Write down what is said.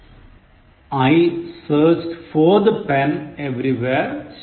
I searched for the pen everywhere ശരി